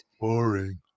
Boring